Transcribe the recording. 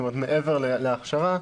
זאת אומרת מעבר להכשרה,